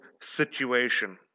situation